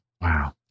Wow